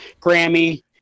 Grammy